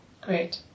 Great